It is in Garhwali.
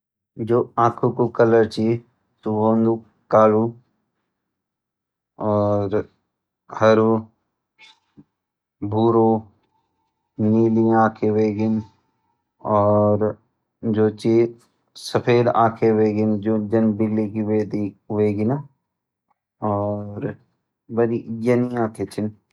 जु आंखों कु कलर छ सु होंदु कालू और हरू भूरू नीली आंखें होएगीं और जु छ सफेद आंखें होएगीं जन बिल्ली की होएगी न और यन छिन।